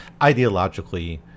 ideologically